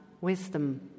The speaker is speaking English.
wisdom